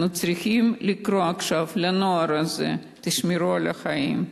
אנחנו צריכים לקרוא עכשיו לנוער הזה: תשמרו על החיים,